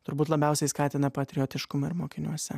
turbūt labiausiai skatina patriotiškumą ir mokiniuose